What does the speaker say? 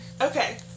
Okay